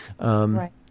Right